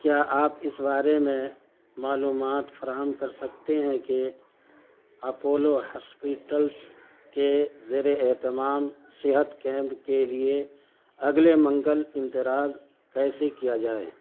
کیا آپ اس بارے میں معلومات فراہم کر سکتے ہیں کہ اپولو ہاسپٹلس کے زیر اہتمام صحت کیمپ کے لیے اگلے منگل اندراج کیسے کیا جائے